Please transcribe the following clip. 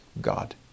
God